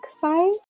size